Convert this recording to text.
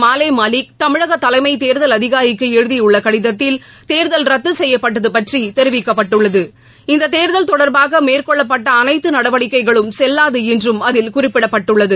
மாலே மாலிக் தமிழக தலைமைத் தேர்தல் அதிகாரிக்கு எழுதியுள்ள கடிதத்தில் இது தேர்தல் ரத்து செய்யப்பட்டது பற்றி தெரிவிக்கப்பட்டுள்ளது இந்தத் தேர்தல் தொடர்பாக மேற்கொள்ளப்பட்ட அனைத்து நடவடிக்கைகளும் செல்வாது என்றும் அதில் குறிப்பிடப்பட்டுள்ளது